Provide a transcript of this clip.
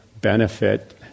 benefit